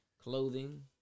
Clothing